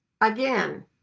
again